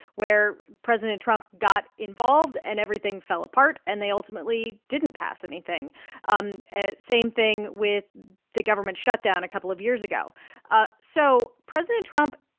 where president trump got involved, and everything fell apart. and they ultimately didn't pass anything um ah same thing with the government shutdown a couple of years ago ah so president trump,